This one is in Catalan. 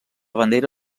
bandera